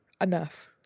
Enough